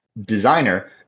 designer